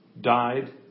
died